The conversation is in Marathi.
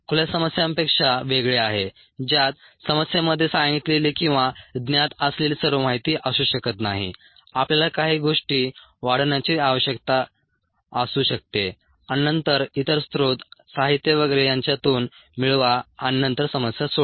खुल्या समस्यांपेक्षा वेगळे आहे ज्यात समस्येमध्ये सांगितलेली किंवा ज्ञात असलेली सर्व माहिती असू शकत नाही आपल्याला काही गोष्टी वाढवण्याची आवश्यकता असू शकते आणि नंतर इतर स्त्रोत साहित्य वगैरे यांच्यातून मिळवा आणि नंतर समस्या सोडवा